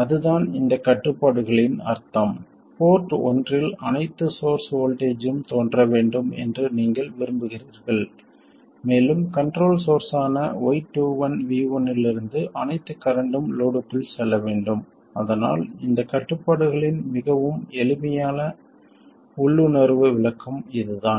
அதுதான் இந்தக் கட்டுப்பாடுகளின் அர்த்தம் போர்ட் ஒன்றில் அனைத்து சோர்ஸ் வோல்ட்டேஜ்ஜும் தோன்ற வேண்டும் என்று நீங்கள் விரும்புகிறீர்கள் மேலும் கண்ட்ரோல் சோர்ஸ் ஆன y21 V1 இலிருந்து அனைத்து கரண்ட்டும் லோட்க்குள் செல்ல வேண்டும் அதனால் இந்த கட்டுப்பாடுகளின் மிகவும் எளிமையான உள்ளுணர்வு விளக்கம் இதுதான்